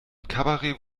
kabarett